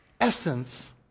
essence